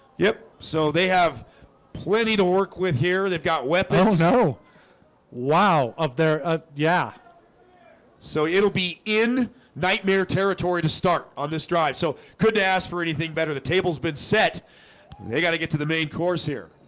yep, so they have plenty to work with here. they've got weapons. oh wow of their ah yeah so it'll be in nightmare territory to start on this drive, so couldn't ask for anything better the tables been set they got to get to the main course here